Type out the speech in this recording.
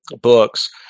books